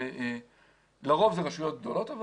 לרוב אלה רשויות גדולות.